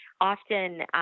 Often